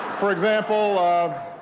for example. um